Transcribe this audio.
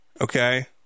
Okay